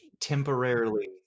Temporarily